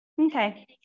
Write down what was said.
okay